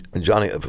Johnny